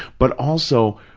but also,